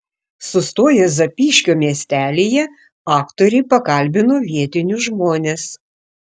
sustoję zapyškio miestelyje aktoriai pakalbino vietinius žmones